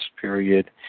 period